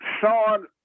Sean